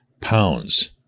pounds